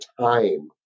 time